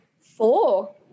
Four